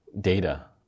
data